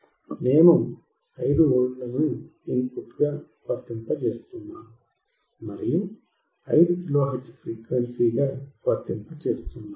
నేను 5V ని ఇన్పుట్గా వర్తింపజేస్తున్నాను మరియు 5 కిలో హెర్ట్జ్ని ఫ్రీక్వెన్సీగా వర్తింపజేస్తున్నాను